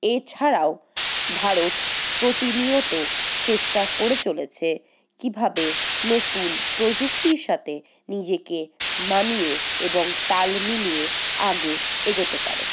এছাড়াও ভারত প্রতিনিয়ত চেষ্টা করে চলেছে কীভাবে নতুন প্রযুক্তির সাথে নিজেকে মানিয়ে এবং তাল মিলিয়ে আগে এগোতে পারে